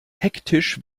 hektisch